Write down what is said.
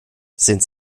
sind